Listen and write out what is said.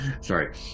sorry